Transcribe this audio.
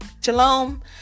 shalom